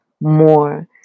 more